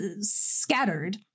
scattered